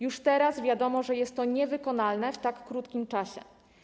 Już teraz wiadomo, że jest to niewykonalne w tak krótkim czasie.